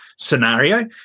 scenario